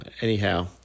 Anyhow